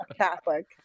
Catholic